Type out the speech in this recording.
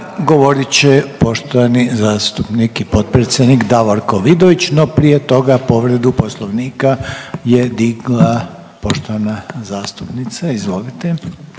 govorit će poštovani zastupnik i potpredsjednik Davorko Vidović, no prije toga povredu Poslovnika je digla poštovana zastupnica. Izvolite.